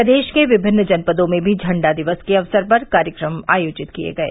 प्रदेश के विभिन्न जनपदों में भी झंडा दिवस के अवसर पर कार्यकम आयोजित किये गये